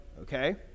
Okay